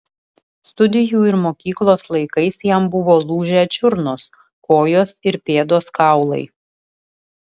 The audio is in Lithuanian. studijų ir mokyklos laikais jam buvo lūžę čiurnos kojos ir pėdos kaulai